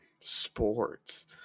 sports